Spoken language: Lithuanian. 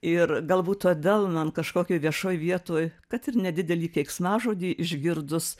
ir galbūt todėl man kažkokioj viešoj vietoj kad ir nedidelį keiksmažodį išgirdus